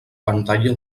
pantalla